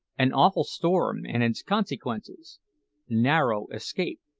an awful storm and its consequences narrow escape